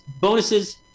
bonuses